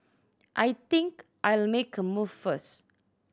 I think I'll make a move first